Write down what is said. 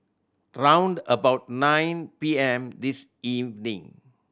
round about nine P M this evening